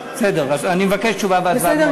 בסדר, אז אני מבקש תשובה והצבעה במועד אחר.